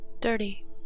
Dirty